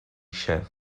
šéf